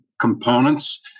components